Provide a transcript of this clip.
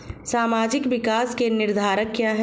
सामाजिक विकास के निर्धारक क्या है?